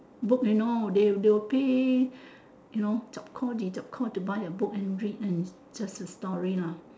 book you know they they will pay you know tsap kor ji tsap kor to buy a book and read and just a story lah